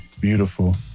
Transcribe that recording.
beautiful